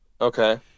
Okay